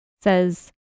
says